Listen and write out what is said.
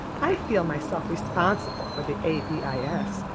i feel myself responsible for the a v i s,